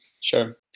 Sure